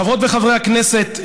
חברות וחברי הכנסת,